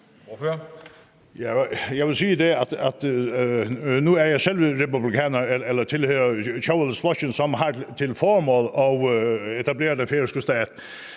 Jeg vil sige, at nu er jeg selv republikaner eller tilhører Tjóðveldi, som har til formål at etablere den færøske stat.